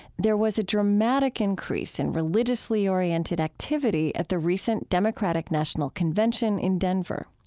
there was a dramatic increase in religiously oriented activity at the recent democratic national convention in denver.